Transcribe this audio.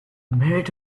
merit